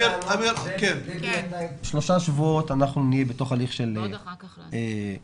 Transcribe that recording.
דבי אמרה שבתוך שלושה שבועות אנחנו נהיה בתוך הליך של הערות הציבור.